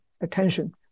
attention